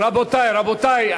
רבותי,